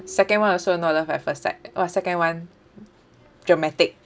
second one also not love at first sight !wah! second one dramatic